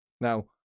Now